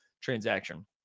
transaction